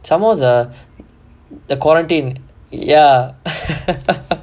some more the the quarantine ya